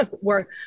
work